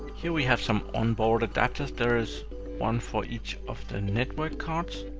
here we have some onboard adapters. there is one for each of the network cards.